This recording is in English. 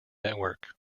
network